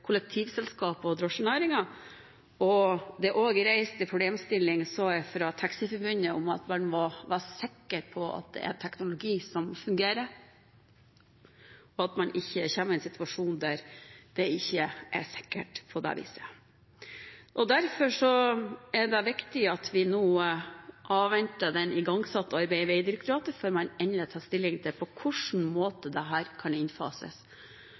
kollektivselskap og drosjenæringen. Jeg sa også at det er reist en problemstilling fra taxiforbundet om at en må være sikker på at denne teknologien fungerer, og at man ikke kommer i en situasjon der man ikke er sikker på det. Derfor er det viktig at vi avventer det igangsatte arbeidet i Vegdirektoratet før man endelig tar stilling til hvordan dette kan innfases.